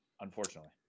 Unfortunately